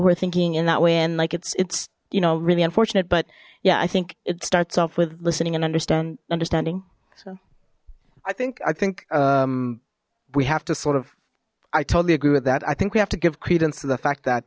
are thinking in that way and like it's it's you know really unfortunate but yeah i think it starts off with listening and understand understanding i think i think we have to sort of i totally agree with that i think we have to give credence to the fact that